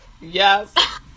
yes